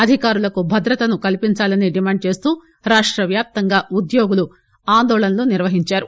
అధికారులకు భద్రతను కల్పిందాలని డిమాండ్ చేస్తూ రాష్ట వ్యాప్తంగా ఉద్యోగులు ఆందోళనలు నిర్వహిందారు